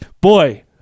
boy